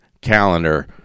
Calendar